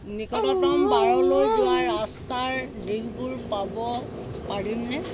নিকটতম বাৰলৈ যোৱা ৰাস্তাৰ দিশবোৰ পাব পাৰিমনে